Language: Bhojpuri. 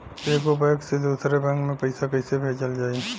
एगो बैक से दूसरा बैक मे पैसा कइसे भेजल जाई?